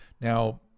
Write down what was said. now